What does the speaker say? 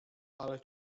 ale